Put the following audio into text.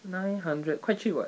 nine hundred quite cheap [what]